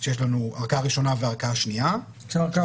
שיש לנו ערכאה ראשונה וערכאה שנייה --- שערכאה